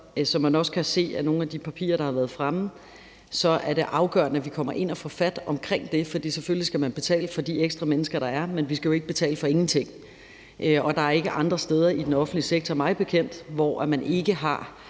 som man også kan se af nogle af de papirer, der har været fremme, afgørende, at vi kommer ind og får fat omkring det, for selvfølgelig skal man betale for de ekstra mennesker, der er, men vi skal jo ikke betale for ingenting, og der er mig bekendt ikke andre steder i den offentlige sektor, hvor man ikke har